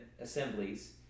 assemblies